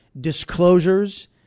disclosures